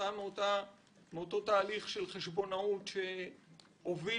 כתוצאה מאותו תהליך של חשבונאות שהוביל